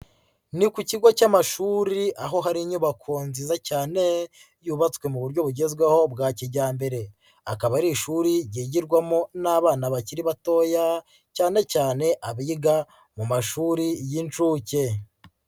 Ni ku kigo cy'amashuri aho hari inyubako nziza cyane yubatswe mu buryo bugezweho bwa kijyambere, akaba ari ishuri ryigirwamo n'abana bakiri batoya cyane cyane abiga mu mashuri y'inshuke.